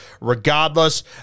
regardless